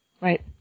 right